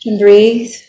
Breathe